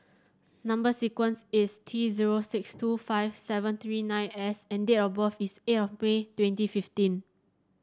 number sequence is T zero six two five seven three nine S and date of birth is eight of May twenty fifteen